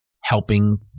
helping